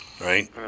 right